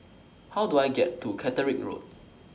How Do I get to Catterick Road